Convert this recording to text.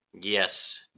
Yes